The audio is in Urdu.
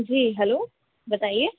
جی ہیلو بتائیے